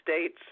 states